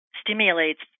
stimulates